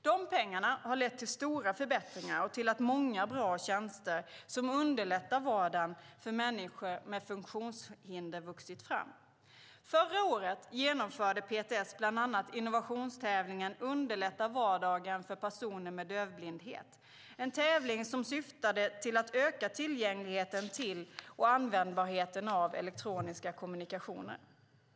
De pengarna har lett till stora förbättringar och till att många bra tjänster som underlättar vardagen för människor med funktionshinder vuxit fram. Förra året genomförde PTS bland annat innovationstävlingen Underlätta vardagen för personer med dövblindhet , en tävling som syftade till att öka tillgängligheten till och användbarheten av elektroniska kommunikationer.